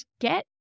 get